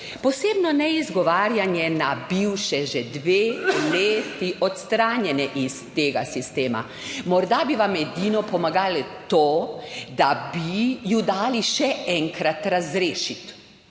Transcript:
Posebno ne izgovarjanje na bivše, že dve leti odstranjene iz tega sistema. Morda bi vam edino pomagalo to, da bi ju dali še enkrat razrešiti.